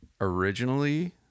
Originally